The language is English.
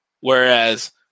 Whereas